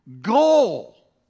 goal